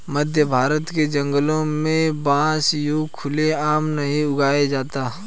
मध्यभारत के जंगलों में बांस यूं खुले आम नहीं उगाया जाता